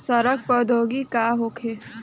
सड़न प्रधौगिकी का होखे?